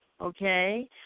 Okay